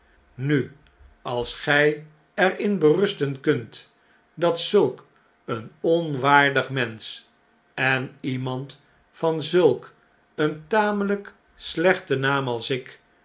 nu als gy er in berusten kunt dat zulk een onwaardig mensch en iemand van in londen en parijs zulk een tamelp slechten naam als ik